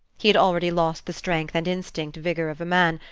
he had already lost the strength and instinct vigor of a man,